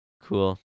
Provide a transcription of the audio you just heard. cool